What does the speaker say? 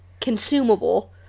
consumable